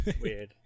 Weird